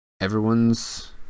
Everyone's